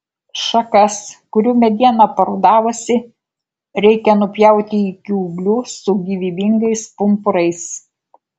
šakas kurių mediena parudavusi reikia nupjauti iki ūglių su gyvybingais pumpurais